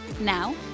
Now